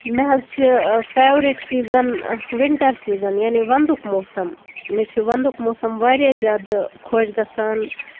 مےٚ حظ چھُ فیورِٹ سیٖزَن وِنٹر سیٖزَن یعنی وَندُک موسَم مےٚ چھُ وَندُک موسَم واریاہ زیادٕ خۄش گژھان